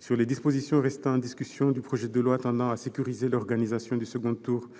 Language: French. sur les dispositions restant en discussion du projet de loi tendant à sécuriser l'organisation du second tour